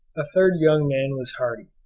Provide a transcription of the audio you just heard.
a third young man was hardie,